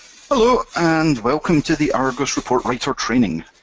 hello, and welcome to the argos report writer training.